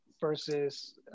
versus